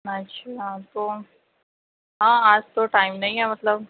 اچھا تو ہاں آج تو ٹائم نہیں ہے مطلب